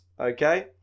okay